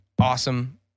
awesome